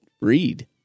read